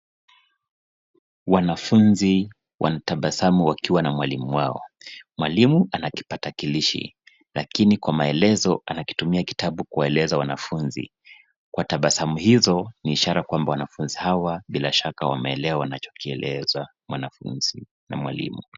Wanafunzi wanatabasamu wakiwa na mwalimu wao. Mwalimu ana kipakatalishi lakini kwa maelezo anakitumia kitabu kuwaeleza wanafunzi hao . Kwa tabasamu hizo ni ishara kwamba wanafunzi hawa bila shaka wameelewa wanachokieleza mwanafunzi na mwalimu.